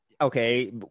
okay